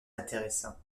intéressantes